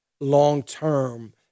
long-term